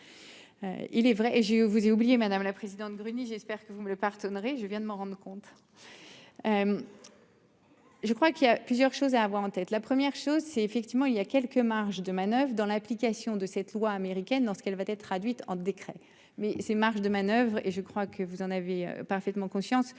Il est vrai et j'ai eu vous oublié, madame la présidente Gruny, j'espère que vous me pardonnerez, je viens de m'en rende compte. Je crois qu'il y a plusieurs choses à avoir en tête la première chose c'est effectivement il y a quelques marges de manoeuvre dans l'application de cette loi américaine dans ce qu'elle va être traduite en décret mais ses marges de manoeuvre et je crois que vous en avez parfaitement conscience